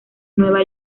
nueva